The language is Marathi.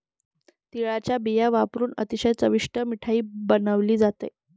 तिळाचा बिया वापरुन अतिशय चविष्ट मिठाई बनवली जाते